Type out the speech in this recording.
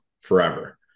forever